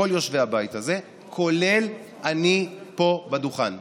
כל יושבי הבית הזה, כולל אני פה בדוכן.